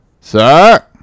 sir